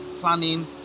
planning